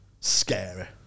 Scary